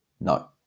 No